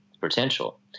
potential